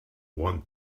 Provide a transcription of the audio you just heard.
want